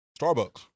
Starbucks